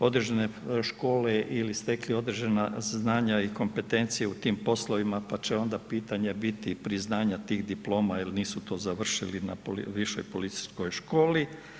određene škole ili stekli određena znanja i kompetencije u tim poslovima, pa će onda pitanja biti i priznanja tih diploma jel to nisu završili na višoj policijskoj školi.